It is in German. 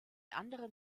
anderen